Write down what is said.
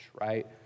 right